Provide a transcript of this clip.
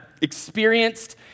experienced